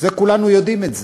כולנו יודעים את זה.